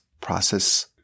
process